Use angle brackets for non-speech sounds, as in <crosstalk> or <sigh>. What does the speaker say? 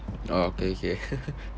oh okay okay <laughs>